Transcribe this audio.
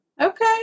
Okay